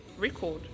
record